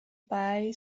buy